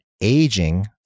aging